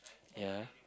ya